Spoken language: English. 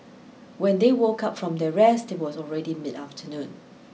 when they woke up from their rest it was already mid afternoon